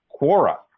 Quora